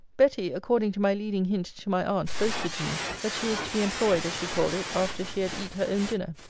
betty, according to my leading hint to my aunt, boasted to me, that she was to be employed, as she called it, after she had eat her own dinner.